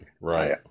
Right